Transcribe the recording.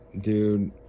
dude